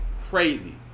Crazy